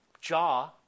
jaw